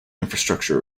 infrastructure